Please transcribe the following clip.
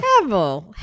heavily